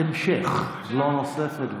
שאלת המשך, לא נוספת.